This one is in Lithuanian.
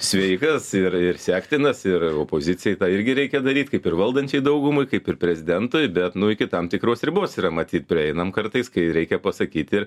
sveikas ir ir sektinas ir opozicijai tą irgi reikia daryt kaip ir valdančiai daugumai kaip ir prezidentui bet nu iki tam tikros ribos yra matyt prieinam kartais kai reikia pasakyt ir